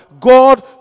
God